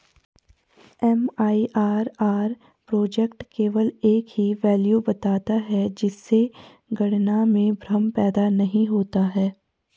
MIRR project केवल एक ही वैल्यू बताता है जिससे गणना में भ्रम पैदा नहीं होता है